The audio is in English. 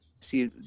see